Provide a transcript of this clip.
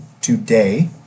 today